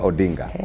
Odinga